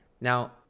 Now